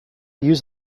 use